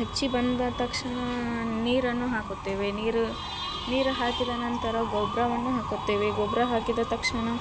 ಹಚ್ಚಿ ಬಂದ ತಕ್ಷಣ ನೀರನ್ನು ಹಾಕುತ್ತೇವೆ ನೀರು ನೀರು ಹಾಕಿದ ನಂತರ ಗೊಬ್ಬರವನ್ನು ಹಾಕುತ್ತೇವೆ ಗೊಬ್ಬರ ಹಾಕಿದ ತಕ್ಷಣ